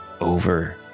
over